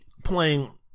playing